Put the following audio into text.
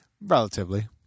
Relatively